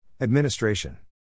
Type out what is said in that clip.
Administration